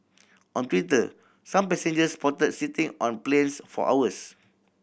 on Twitter some passengers reported sitting on planes for hours